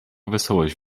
wesołość